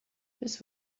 this